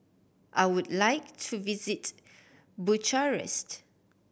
I would like to visit Bucharest